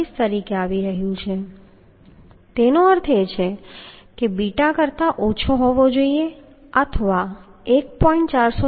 443 તરીકે આવી રહ્યું છે તેનો અર્થ એ કે બીટા કરતાં ઓછો હોવો જોઈએ અથવા 1